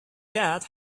dead